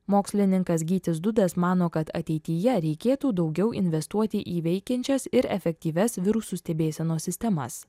mokslininkas gytis dudas mano kad ateityje reikėtų daugiau investuoti į veikiančias ir efektyvias virusų stebėsenos sistemas